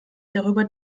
darüber